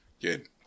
good